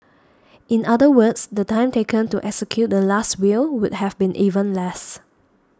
in other words the time taken to execute the Last Will would have been even less